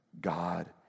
God